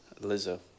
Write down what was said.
Lizzo